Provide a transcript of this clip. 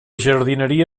jardineria